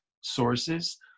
sources